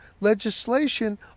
legislation